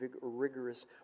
rigorous